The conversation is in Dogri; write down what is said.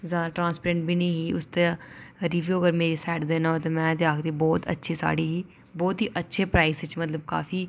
जैदा ट्रांसपेरेंट बी नेईं ही उसदे रिव्यू अगर मेरी साइड देना होऐ ते में ते आखगी बहुत ही अच्छी साह्ड़ी ही बहुत ही अच्छे प्राइस च मतलब कि काफी